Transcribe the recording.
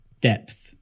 depth